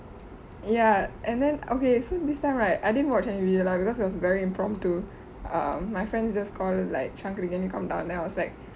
ya and then okay so this time right I didn't watch any video lah because it was very impromptu um my friends just call like shangkari can you come down then I was like